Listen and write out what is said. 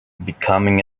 becoming